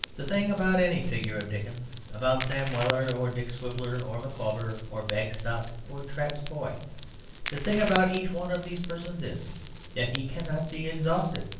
the thing about any figure of dickens, about sam weller or dick swiveller, or micawber, or bagstock, or trabb's boy the thing about each one of these persons is that he cannot be exhausted.